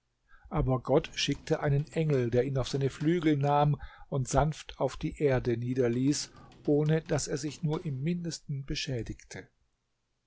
aber gott schickte einen engel der ihn auf seine flügel nahm und sanft auf die erde niederließ ohne daß er sich nur im mindesten beschädigte